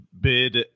bid